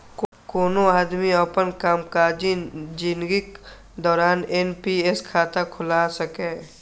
कोनो आदमी अपन कामकाजी जिनगीक दौरान एन.पी.एस खाता खोला सकैए